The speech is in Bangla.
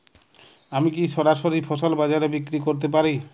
আমি কি সরাসরি ফসল বাজারে বিক্রি করতে পারি?